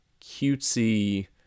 cutesy